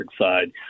side